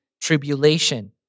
tribulation